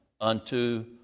unto